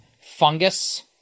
fungus